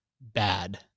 bad